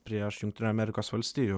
prieš jungtinių amerikos valstijų